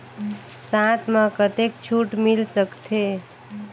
साथ म कतेक छूट मिल सकथे?